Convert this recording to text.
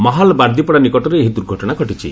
ମାହଲ ବାର୍ଦିପଡ଼ା ନିକଟରେ ଏହି ଦୁର୍ଘଟଣା ଘଟିଛି